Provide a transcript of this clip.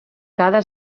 cada